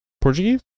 Portuguese